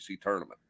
tournament